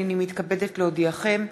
הנני מתכבדת להודיעכם,